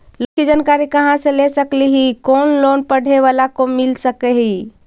Loan की जानकारी कहा से ले सकली ही, कोन लोन पढ़े बाला को मिल सके ही?